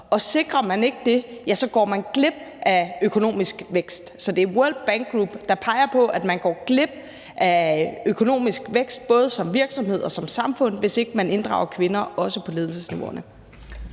Og sikrer man ikke det, ja, så går man glip af økonomisk vækst. Så det er World Bank Group, der peger på, at man går glip af økonomisk vækst både som virksomhed og som samfund, hvis ikke man inddrager kvinder også på ledelsesniveauerne.